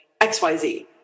XYZ